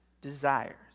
desires